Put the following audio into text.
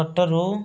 ଛୋଟରୁ